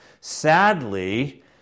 Sadly